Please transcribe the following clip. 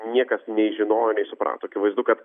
niekas nei žinojo nei suprato akivaizdu kad